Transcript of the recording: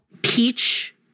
Peach